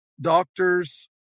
doctors